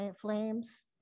flames